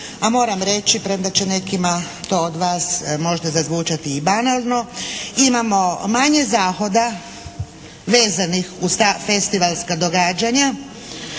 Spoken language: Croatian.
a moram reći premda će nekima to od vas možda zazvučati i banalno imamo manje zahoda vezanih uz ta festivalska događanja